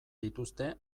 dituzte